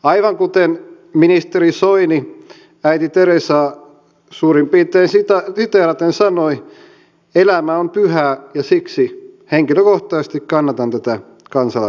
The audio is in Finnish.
aivan kuten ministeri soini äiti teresaa suurin piirtein siteeraten sanoi elämä on pyhää ja siksi henkilökohtaisesti kannatan tätä kansalaisaloitetta